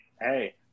hey